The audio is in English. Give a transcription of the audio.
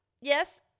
yes